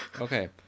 Okay